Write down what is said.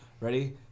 Ready